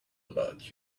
about